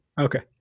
Okay